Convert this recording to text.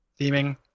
theming